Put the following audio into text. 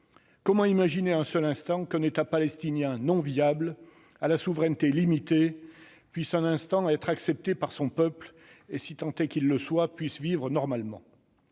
Comment imaginer un seul instant qu'un État palestinien non viable, à la souveraineté limitée, puisse jamais être accepté par son peuple et, si tant est qu'il le soit, puisse vivre normalement ?